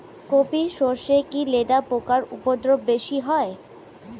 কোপ ই সরষে কি লেদা পোকার উপদ্রব বেশি হয়?